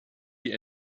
die